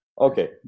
okay